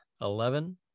Eleven